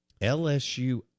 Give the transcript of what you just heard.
LSU